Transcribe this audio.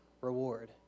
reward